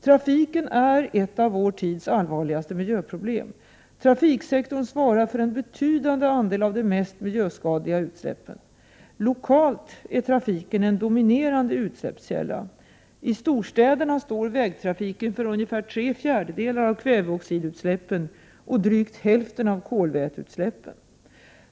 Trafiken är ett av vår tids allvarligaste miljöproblem. Trafiksektorn svarar för en betydande andel av de mest miljöskadliga utsläppen. Lokalt är trafiken en dominerande utsläppskälla. I storstäderna står vägtrafiken för ungefär tre fjärdedelar av kväveoxidutsläppen och drygt hälften av kolväteutsläppen.